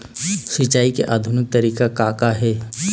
सिचाई के आधुनिक तरीका का का हे?